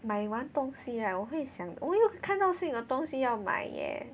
买完东西 right 我会想我又看到新的东西要买 eh